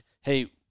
hey